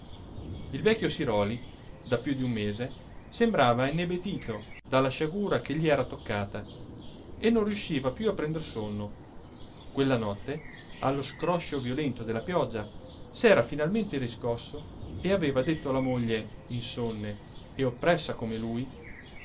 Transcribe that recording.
il vecchio siròli da più di un mese sembrava inebetito dalla sciagura che gli era toccata e non riusciva più a prender sonno quella notte allo scroscio violento della pioggia s'era finalmente riscosso e aveva detto alla moglie insonne e oppressa come lui